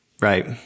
Right